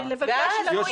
הוועדה,